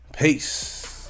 Peace